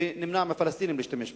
שנמנע מהפלסטינים להשתמש בהם?